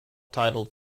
titled